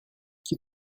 qui